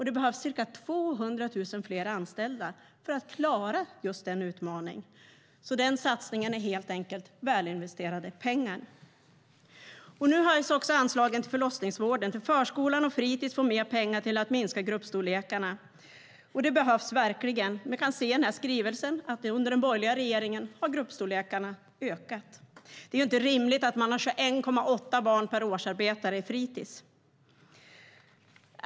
Det behövs ca 200 000 fler anställda för att klara den utmaningen. Den satsningen är helt enkelt välinvesterade pengar. Nu höjs också anslagen till förlossningsvården. Förskolan och fritis får pengar till att minska gruppstorlekarna. Det behövs verkligen. Vi kan se i skrivelsen att under den borgerliga regeringen har gruppstorlekarna ökat. Det är inte rimligt att man har 21,8 barn per årsarbetare på fritis.